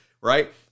right